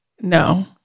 No